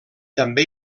també